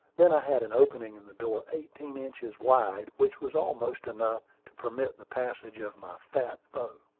then i had an opening in the door eighteen inches wide, which was almost enough to permit the passage of my fat foe.